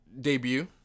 debut